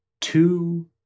two